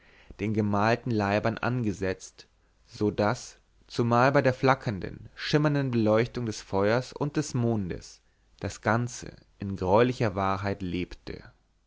den gemalten leibern angesetzt so daß zumal bei der flackernden schimmernden beleuchtung des feuers und des mondes das ganze in greulicher wahrheit lebte